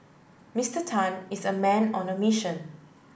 Mister Tan is a man on the mission